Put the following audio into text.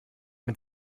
mit